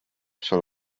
sul